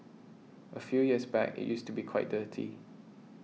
a few years back it used to be quite dirty